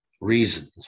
reasons